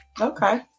Okay